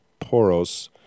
Poros